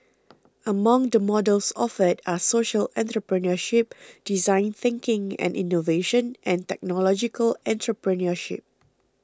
among the models offered are social entrepreneurship design thinking and innovation and technological entrepreneurship